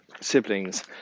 siblings